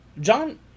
John